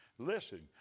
Listen